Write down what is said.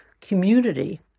community